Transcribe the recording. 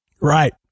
Right